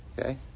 Okay